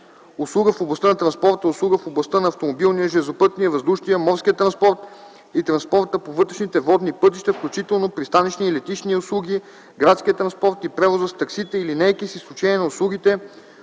„Услуга в областта на транспорта” е услуга в областта на автомобилния, железопътния, въздушния, морския транспорт и транспорта по вътрешните водни пътища, включително пристанищни и летищни услуги, градския транспорт и превоза с таксита и линейки, с изключение на услугите